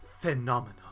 phenomenal